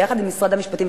ביחד עם משרד המשפטים,